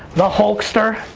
the hulkster,